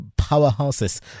powerhouses